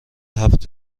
هفت